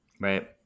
Right